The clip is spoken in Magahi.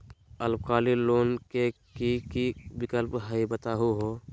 अल्पकालिक लोन के कि कि विक्लप हई बताहु हो?